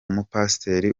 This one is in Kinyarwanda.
mupasiteri